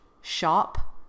shop